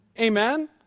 Amen